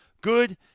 good